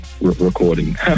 recording